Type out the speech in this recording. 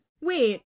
Wait